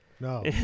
No